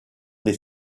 des